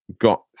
Got